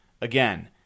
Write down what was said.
Again